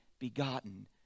begotten